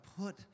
put